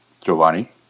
Giovanni